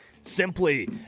SIMPLY